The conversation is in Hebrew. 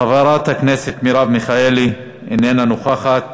חברת הכנסת מרב מיכאלי, איננה נוכחת,